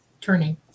turning